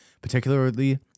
particularly